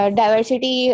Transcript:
diversity